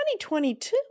2022